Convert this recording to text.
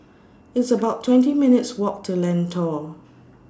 It's about twenty minutes' Walk to Lentor